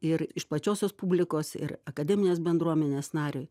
ir iš plačiosios publikos ir akademinės bendruomenės nariui